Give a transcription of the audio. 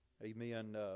Amen